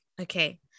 Okay